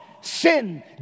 sin